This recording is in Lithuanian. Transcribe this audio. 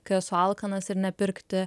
kai esu alkanas ir nepirkti